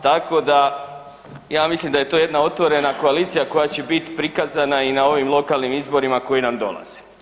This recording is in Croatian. Tako da ja mislim da je to jedna otvorena koalicija koja će biti prikazana i na ovim lokalnim izborima koji nam dolaze.